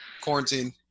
quarantine